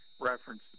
reference